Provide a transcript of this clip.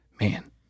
man